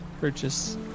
purchase